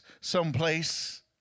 someplace